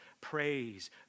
praise